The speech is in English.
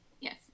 Yes